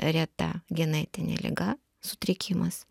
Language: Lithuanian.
reta genetinė liga sutrikimas